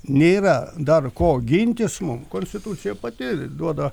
nėra dar ko gintis mum konstitucija pati duoda